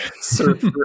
surf